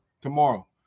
tomorrow